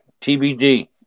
TBD